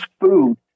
food